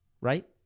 Right